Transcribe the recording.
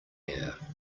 air